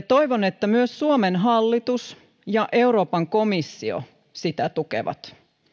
toivon että myös suomen hallitus ja euroopan komissio sitä tukevat